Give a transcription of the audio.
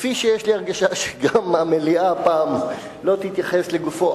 כפי שיש לי הרגשה שגם המליאה הפעם לא תתייחס לגופו.